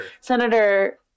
senator